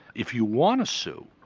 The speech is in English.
if you want to sue,